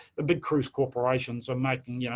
the big cruise corporations are making, yeah